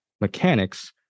mechanics